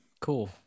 Cool